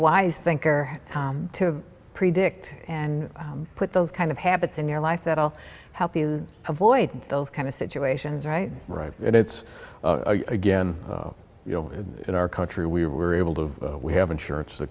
wise thinker to predict and put those kind of habits in your life that will help you avoid those kind of situations right right and it's again you know in our country we were able to of we have insurance th